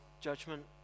judgment